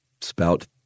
spout